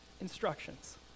instructions